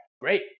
great